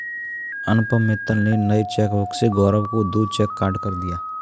अनुपम मित्तल ने नए चेकबुक से गौरव को दो चेक काटकर दिया